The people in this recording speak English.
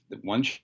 one